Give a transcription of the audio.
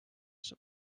saab